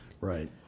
Right